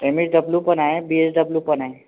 M S W पण आहे B S W पण आहे